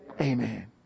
Amen